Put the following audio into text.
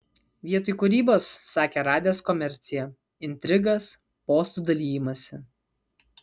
vietoj kūrybos sakė radęs komerciją intrigas postų dalijimąsi